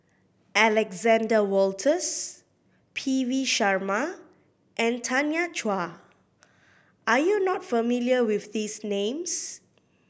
Alexander Wolters P V Sharma and Tanya Chua are you not familiar with these names